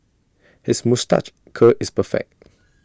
his moustache curl is perfect